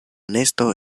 nesto